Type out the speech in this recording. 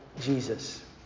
Jesus